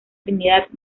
trinidad